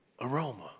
aroma